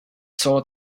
soiled